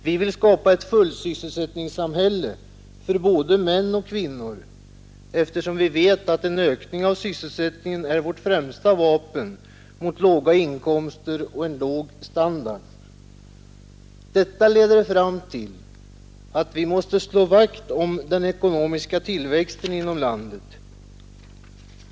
Vi vill skapa ett fullsysselsättningssamhälle för både män och kvinnor, eftersom vi vet att en ökning av sysselsättningen är vårt främsta vapen mot låga inkomster och låg standard. Detta leder fram till att vi måste slå vakt om den ekonomiska tillväxten i landet.